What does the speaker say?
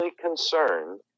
concerned